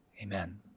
Amen